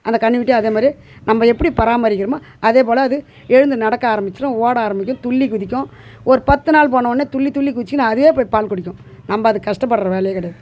அந்த கன்றுக்குட்டி அதேமாதிரி நம்ம எப்படி பராமரிக்கிறோமோ அதேபோல அது எழுந்து நடக்க ஆரம்பித்துடும் ஓட ஆரம்பிக்கும் துள்ளி குதிக்கும் ஒரு பத்து நாள் போனவொடனே துள்ளி துள்ளி குதித்துன்னு அதே போய் பால் குடிக்கும் நம்ம அதுக்கு கஷ்டப்படுற வேலையே கிடையாது